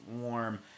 warm